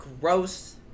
gross